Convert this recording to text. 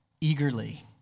eagerly